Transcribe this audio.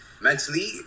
mentally